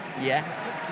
Yes